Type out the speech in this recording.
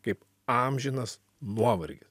kaip amžinas nuovargis